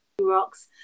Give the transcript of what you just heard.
rocks